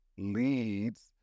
Leads